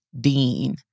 dean